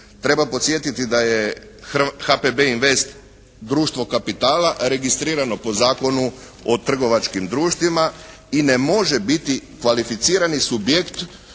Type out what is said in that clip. Treba podsjetiti da je HPB Invest društvo kapitala registrirano po Zakonu o trgovačkim društvima i ne može biti kvalificirani subjekt